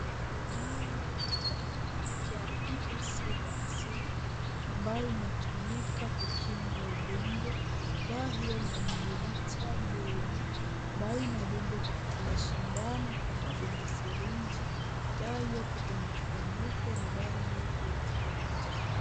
Dawa ya' BBC vaccine' ambayo inatumika kukinga ugonjwa ,dawa hiyo ni milimita mbili ambayo inadungwa kwa kutumia sindano pamoja na sirinji dawa iliyopo kwenye chupa nyeupe na dawa nyingine kwenye chupa ya njano.